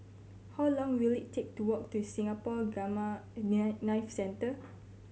how long will it take to walk to Singapore Gamma Knife Centre